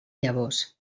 llavors